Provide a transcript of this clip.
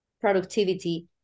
productivity